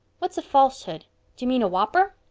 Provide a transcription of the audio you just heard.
what's a falsehood? do you mean a whopper?